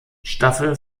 staffel